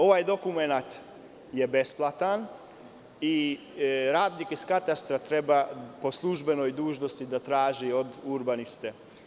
Ovaj dokument je besplatan i radnik iz katastra treba po službenoj dužnosti da traži od urbaniste.